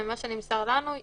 ממה שנמסר לנו,